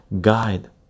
guide